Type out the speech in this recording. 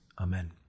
Amen